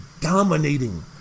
dominating